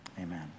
amen